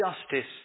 justice